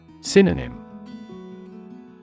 Synonym